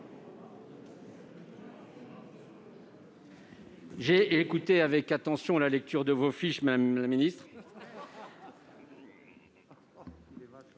J'ai écouté avec attention la lecture de vos fiches, madame la secrétaire